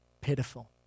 pitiful